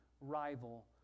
rival